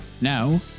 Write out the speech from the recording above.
Now